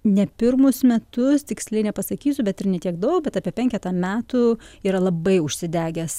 ne pirmus metus tiksliai nepasakysiu bet ir ne tiek daug bet apie penketą metų yra labai užsidegęs